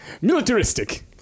militaristic